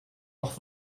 noch